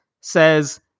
says